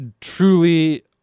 truly